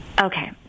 Okay